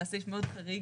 זה היה סעיף מאוד חריג,